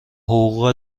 حقوق